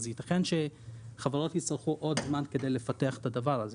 יתכן שחברות יצטרכו עוד זמן כדי לפתח את הדבר הזה.